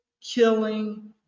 killing